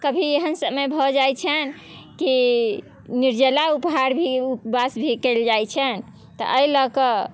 कभी एहन समय भऽ जाइ छन्हि की निर्जला उपहार भी उपवास भी कयल जाइ छन्हि तऽ एहि लअ कऽ